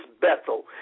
Bethel